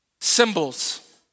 symbols